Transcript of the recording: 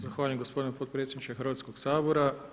Zahvaljujem gospodine potpredsjedniče Hrvatskoga sabora.